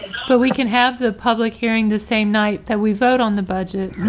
so we can have the public hearing the same night that we vote on the budget.